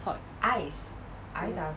thought